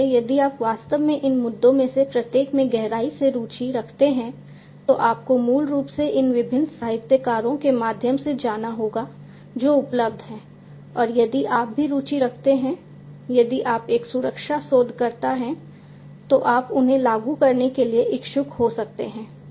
इसलिए यदि आप वास्तव में इन मुद्दों में से प्रत्येक में गहराई से रुचि रखते हैं तो आपको मूल रूप से इन विभिन्न साहित्यकारों के माध्यम से जाना होगा जो उपलब्ध हैं और यदि आप भी रुचि रखते हैं यदि आप एक सुरक्षा शोधकर्ता हैं तो आप उन्हें लागू करने के लिए इच्छुक हो सकते हैं